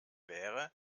wäre